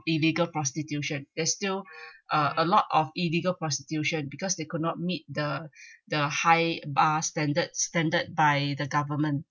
illegal prostitution there's still uh a lot of illegal prostitution because they could not meet the the high bar standards standard by the government